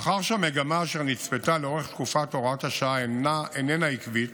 מאחר שהמגמה אשר נצפתה לאורך תקופת הוראת השעה איננה עקבית,